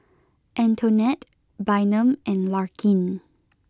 Antonette Bynum and Larkin